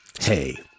Hey